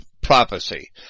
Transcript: prophecy